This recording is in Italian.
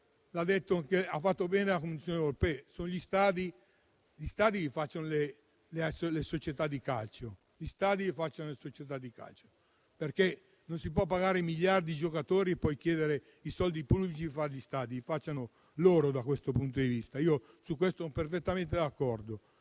ha detto bene la Commissione europea: gli stadi li facciano le società di calcio, perché non si possono pagare miliardi i giocatori e poi chiedere soldi pubblici per realizzare gli stadi. Intervengano loro da questo punto di vista, e su questo sono perfettamente d'accordo.